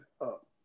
up